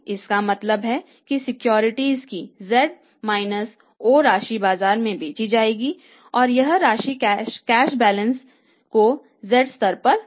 इसका मतलब है कि सिक्योरिटीज की z o राशि बाजार में बेची जाएगी और यह राशि कैश बैलेंस को z स्तर पर लाएगी